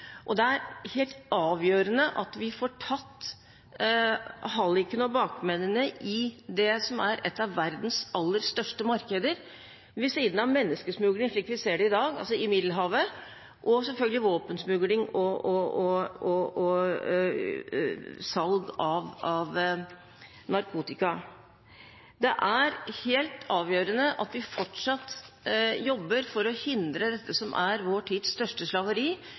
er det helt avgjørende at vi får tatt hallikene og bakmennene i det som er et av verdens aller største markeder, ved siden av menneskesmugling slik vi ser det i dag i Middelhavet, og selvfølgelig våpensmugling og salg av narkotika. Det er helt avgjørende at vi fortsatt jobber for å hindre det som er vår tids største slaveri,